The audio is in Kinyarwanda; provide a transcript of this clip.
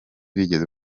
bigeze